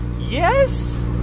yes